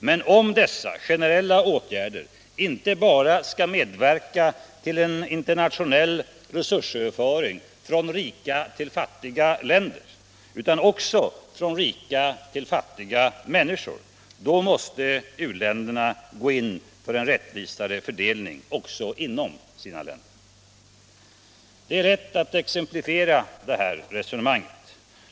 Men om dessa generella åtgärder inte bara skall medverka till en internationell resursomfördelning från rika till fattiga länder utan också från rika till fattiga människor, då måste u-länderna gå in för en rättvisare fördelning också inom sina länder. Det är lätt att exemplifiera detta resonemang.